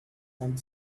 and